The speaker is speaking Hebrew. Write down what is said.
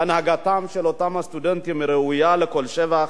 בהנהגתם של אותם הסטודנטים, היא ראויה לכל שבח.